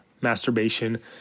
masturbation